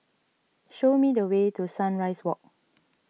show me the way to Sunrise Walk